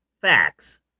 facts